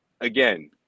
again